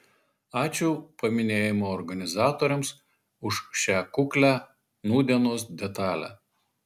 ačiū paminėjimo organizatoriams už šią kuklią nūdienos detalę